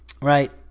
right